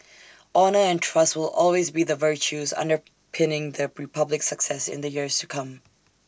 honour and trust will also be the virtues underpinning the republic's success in the years to come